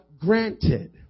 granted